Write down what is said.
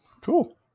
Cool